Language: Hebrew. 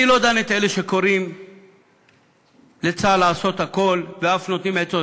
אני לא דן את אלה שקוראים לצה"ל לעשות הכול ואף נותנים עצות,